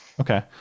Okay